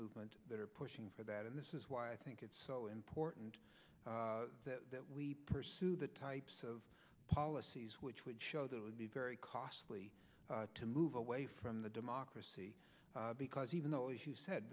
movement that are pushing for that and this is why i think it's so important that we pursue the types of policies which would show that would be very costly to move away from the democracy because even though as you said